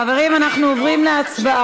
חברים, אנחנו עוברים להצבעה.